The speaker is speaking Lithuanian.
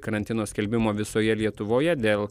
karantino skelbimo visoje lietuvoje dėl